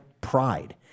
pride